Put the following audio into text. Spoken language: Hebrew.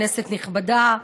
כנסת נכבדה,